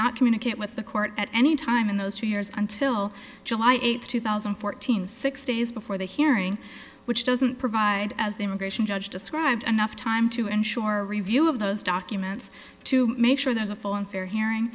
not communicate with the court at any time in those two years until july eighth two thousand and fourteen six days before the hearing which doesn't provide as the immigration judge described enough time to ensure review of those documents to make sure there's a full and fair hearing